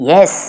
Yes